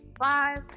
five